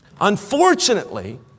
Unfortunately